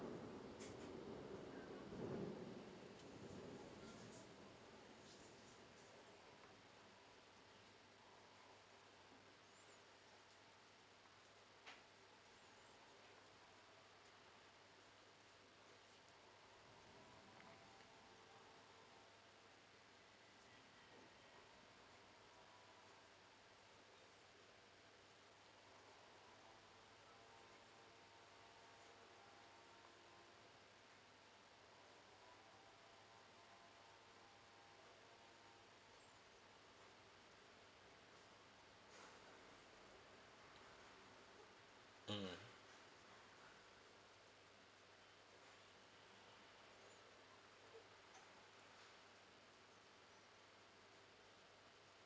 mmhmm